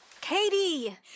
Katie